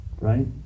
right